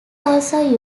also